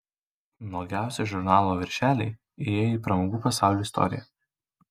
nuogiausi žurnalų viršeliai įėję į pramogų pasaulio istoriją